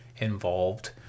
involved